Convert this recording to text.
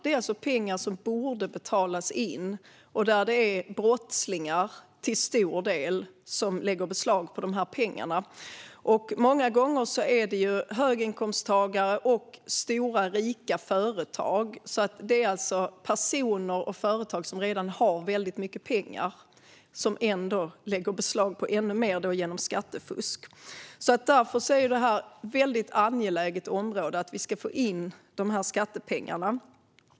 Det är pengar som borde betalas in, men det är till stor del brottslingar som lägger beslag på dem. Många gånger är det höginkomsttagare och stora rika företag. Det är alltså personer och företag som redan har väldigt mycket pengar och som ändå lägger beslag på ännu mer genom skattefusk. Därför är det väldigt angeläget att vi ska få in de här skattepengarna.